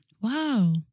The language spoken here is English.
Wow